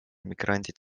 migrandid